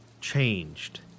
changed